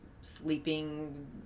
sleeping